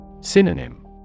Synonym